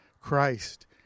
Christ